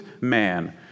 man